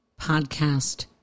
podcast